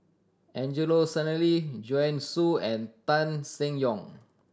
Angelo Sanelli Joanne Soo and Tan Seng Yong